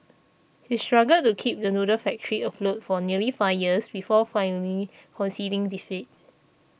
he struggled to keep the noodle factory afloat for nearly five years before finally conceding defeat